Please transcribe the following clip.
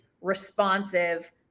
responsive